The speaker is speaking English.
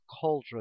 cauldron